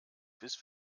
bis